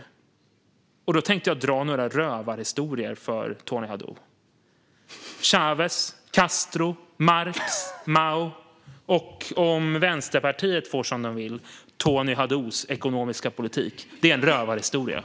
Då tänker jag att jag kan dra några rövarhistorier för Tony Haddou: Chávez, Castro, Marx, Mao och, om man i Vänsterpartiet får som man vill, Tony Haddous ekonomiska politik - det är rövarhistorier!